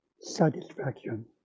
satisfaction